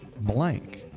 blank